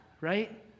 right